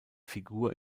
figur